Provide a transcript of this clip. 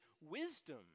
wisdom